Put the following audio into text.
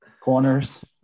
Corners